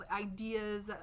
ideas